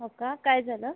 हो का काय झालं